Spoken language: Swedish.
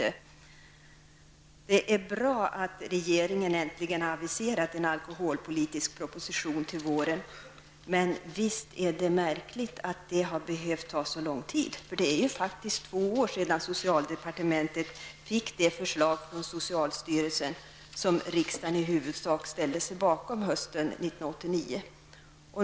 Det är bra att regeringen äntligen aviserat en alkoholpolitisk proposition till våren, men visst är det märkligt att det behövt ta så lång tid. Det är ju faktiskt drygt två år sedan socialdepartementet fick det förslag från socialstyrelsen som riksdagen i huvudsak ställde sig bakom hösten 1989.